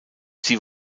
sie